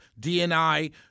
DNI